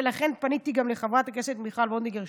ולכן גם פניתי לחברת הכנסת מיכל וולדיגר,